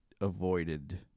avoided